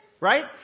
right